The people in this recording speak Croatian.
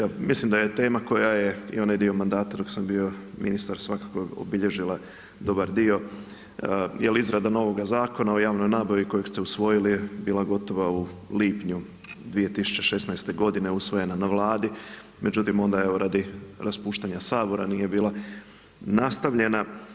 Evo mislim da je tama koja je i onaj dio mandata dok sam bio ministar svakako obilježila dobar dio jer izrada novoga Zakona o javnoj nabavi kojeg ste usvojili bila gotova u lipnju 2016. godine, usvojena na Vladi, međutim onda evo radi raspuštanja Sabora nije bila nastavljena.